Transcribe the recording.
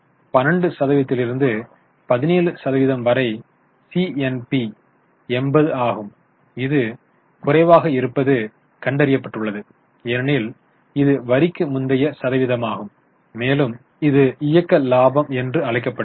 எனவே 12 சதவிகிதத்திலிருந்து 17 சதவிகிதம் வரை சிஎன்பி 80 ஆகும் இது குறைவாக இருப்பது கண்டறியப்பட்டுள்ளது ஏனெனில் இது வரிக்கு முந்தை சதவிகிதமாகும் மேலும் இது இயக்க லாபம் என்று அழைக்கப்படுகிறது